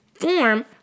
form